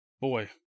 Boy